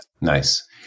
Nice